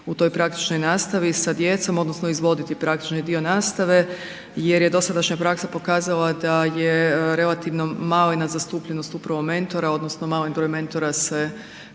u toj praktičnoj nastavi, sa djecom odnosno izvoditi praktični dio nastave jer je dosadašnja praksa pokazala da je relativno malena zastupljenost upravo mentora odnosno mali broj mentora se